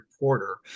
Reporter